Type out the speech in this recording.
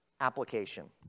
application